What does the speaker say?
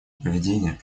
поведение